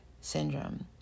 syndrome